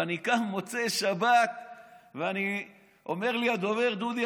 ואני קם במוצאי שבת ואומר לי הדובר: דודי,